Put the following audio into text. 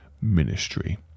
ministry